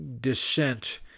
descent